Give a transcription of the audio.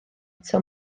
eto